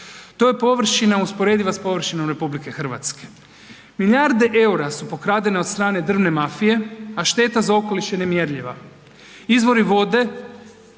To je površina usporediva s površinom Republike Hrvatske. Milijarde EUR-a su pokradene od strane drvne mafije, a šteta za okoliš je nemjerljiva. Izvori vode,